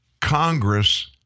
Congress